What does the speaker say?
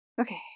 Okay